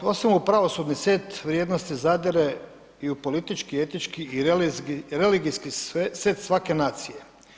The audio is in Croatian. Osim u pravosudni set vrijednosti zadire i u politički, etički i religijski set svake nacije.